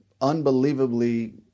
unbelievably